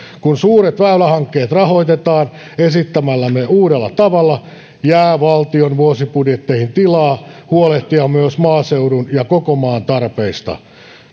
kun suuret väylähankkeet rahoitetaan esittämällämme uudella tavalla jää valtion vuosibudjetteihin tilaa huolehtia myös maaseudun ja koko maan tarpeista